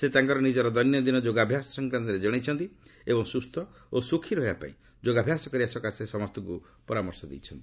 ସେ ତାଙ୍କର ନିକର ଦୈନନ୍ଦିନ ଯୋଗାଭ୍ୟାସ ସଂକ୍ରାନ୍ତରେ ଜଣାଇଛନ୍ତି ଏବଂ ସୁସ୍ଥ ଓ ସୁଖୀ ରହିବା ପାଇଁ ଯୋଗାଭ୍ୟାସ କରିବା ସକାଶେ ସମସ୍ତଙ୍କୁ ପରାମର୍ଶ ଦେଇଛନ୍ତି